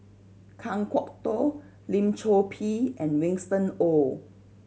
Kan Kwok Toh Lim Chor Pee and Winston Oh